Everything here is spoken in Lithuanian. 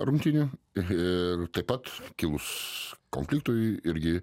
rungtynių ir taip pat kilus konfliktui irgi